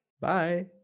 Bye